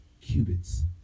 cubits